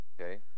okay